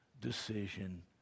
decision